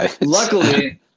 Luckily